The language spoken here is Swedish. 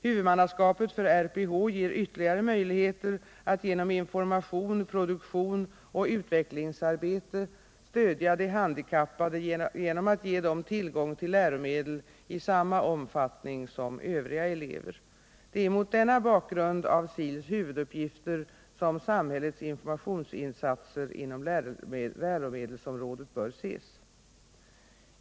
Huvudmannaskapet för RPH ger ytterligare möjligheter att genom information, produktion och utvecklingsarbete stödja de handikappade genom att ge dem tillgång till läromedel i samma omfattning som övriga elever. Det är mot denna bakgrund av SIL:s huvuduppgifter som samhällets informationsinsatser inom läromedelsområdet bör ses.